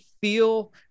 feel